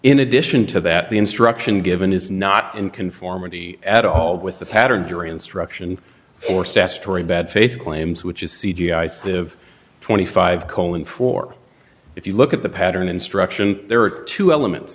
in addition to that the instruction given is not in conformity at all with the pattern jury instruction or statutory bad faith claims which is c d i set of twenty five cohen for if you look at the pattern instruction there are two elements